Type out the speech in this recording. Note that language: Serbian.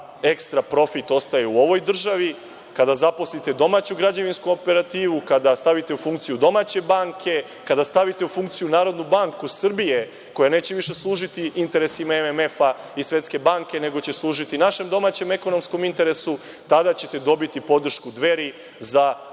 ekstra profit ostaje u ovoj državi, kada zaposlite domaću građevinsku operativu, kada stavite u funkciju domaće banke, kada stavite u funkciju Narodnu banku Srbije, koja neće više služiti interesima MMF i Svetske banke, nego će služiti našem domaćem ekonomskom interesu, tada ćete dobiti podršku Dveri za